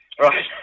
right